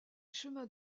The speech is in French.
chemin